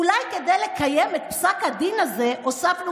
אולי כדי לקיים את פסק הדין הזה הוספנו